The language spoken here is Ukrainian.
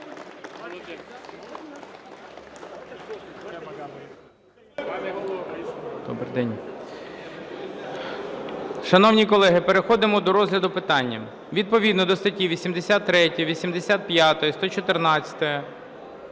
Шановні колеги, переходимо до розгляду питання. Відповідно до статті 83, 85, 114